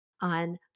on